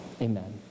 Amen